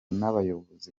n’abayobozi